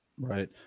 Right